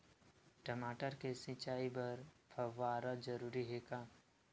टमाटर के सिंचाई बर फव्वारा जरूरी हे का?